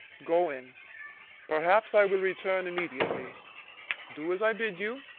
go in perhaps i will return immediately do as i bid you,